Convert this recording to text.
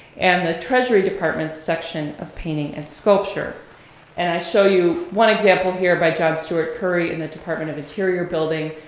and the treasury department's section of painting and sculpture. and i show you one example here by john steuart curry in the department of interior building,